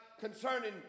concerning